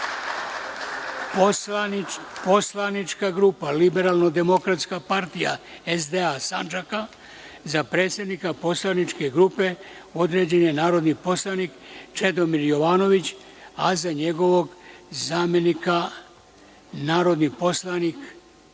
Poslanička grupa Liberalno-demokratska partija, SDA Sandžaka – za predsednika poslaničke grupe određen je narodni poslanik Čedomir Jovanović, a za njegovog zamenika narodni poslanik